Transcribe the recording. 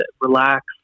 relax